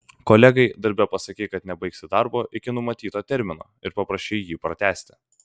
kolegai darbe pasakei kad nebaigsi darbo iki numatyto termino ir paprašei jį pratęsti